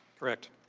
correct.